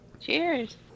Cheers